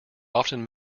often